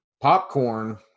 Popcorn